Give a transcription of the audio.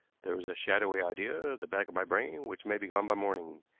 there is a shadowy idea at the back of my brain which may be gone by morning.